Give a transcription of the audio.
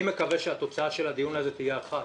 אני מקווה שהתוצאה של הדיון הזה תהיה אחת: